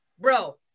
bro